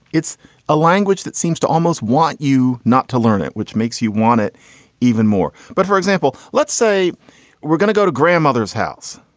it's a language that seems to almost want you not to learn it, which makes you want it even more. but for example, let's say we're going to go to grandmother's house.